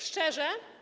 Szczerze?